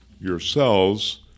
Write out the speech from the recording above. yourselves